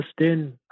Justin